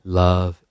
love